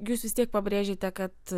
gi jus vis tiek pabrėžėte kad